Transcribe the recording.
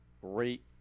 Great